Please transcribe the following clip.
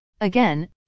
Again